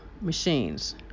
machines